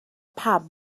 pam